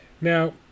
Now